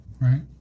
right